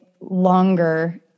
longer